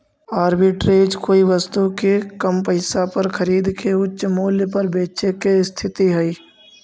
arbitrage कोई वस्तु के कम पईसा पर खरीद के उच्च मूल्य पर बेचे के स्थिति हई